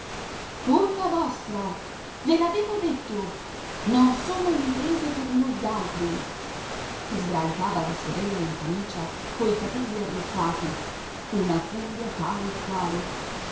colpa vostra ve l'avevo detto non sono imprese per noialtri sbraitava la sorella in camicia coi capelli arruffati una furia tale e quale